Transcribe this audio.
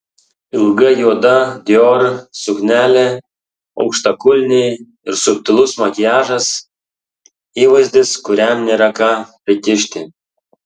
ilga juoda dior suknelė aukštakulniai ir subtilus makiažas įvaizdis kuriam nėra ką prikišti